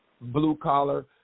blue-collar